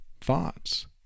thoughts